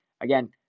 Again